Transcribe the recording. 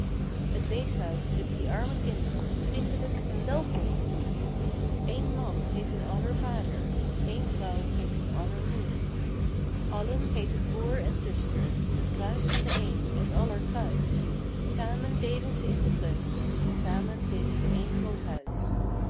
weeshuis riep die arme kind'ren vriendelijk een welkom toe één man heet hun aller vader één vrouw heet hun aller moe allen heeten broêr en zuster t kruis van de een is aller kruis samen deelen ze in de vreugde samen deelen ze één groot huis